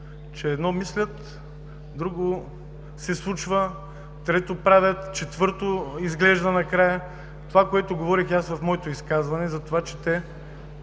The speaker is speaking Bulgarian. че едно мислят, друго се случва, трето правят, четвърто изглежда накрая. Това, което говорих и аз в моето изказване, за това, че те